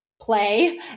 play